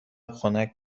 خنک